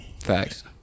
Facts